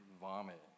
Vomit